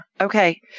Okay